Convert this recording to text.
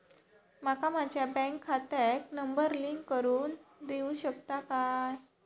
माका माझ्या बँक खात्याक नंबर लिंक करून देऊ शकता काय?